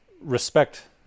respect